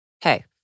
Hey